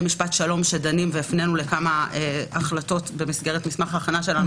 משפט שלום שדנים והפנינו לכמה החלטות במסגרת מסמך ההכנה שלנו,